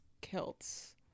kilts